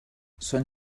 són